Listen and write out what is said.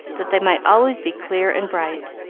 that they might always be clear and bright.